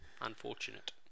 Unfortunate